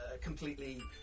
Completely